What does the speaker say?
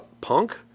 Punk